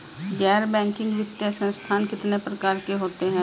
गैर बैंकिंग वित्तीय संस्थान कितने प्रकार के होते हैं?